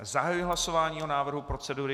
Zahajuji hlasování o návrhu procedury.